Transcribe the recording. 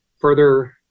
further